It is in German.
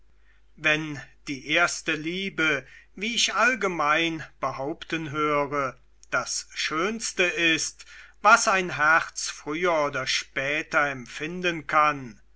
wenn die erste liebe wie ich allgemein behaupten höre das schönste ist was ein herz früher oder später empfinden kann